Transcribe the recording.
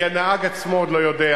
כי הנהג עצמו עוד לא יודע,